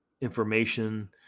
information